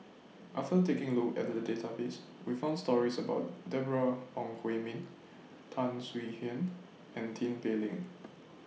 after taking A Look At The Database We found stories about Deborah Ong Hui Min Tan Swie Hian and Tin Pei Ling